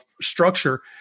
structure